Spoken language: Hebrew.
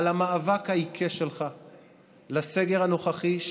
על המאבק העיקש שלך לסגר הנוכחי,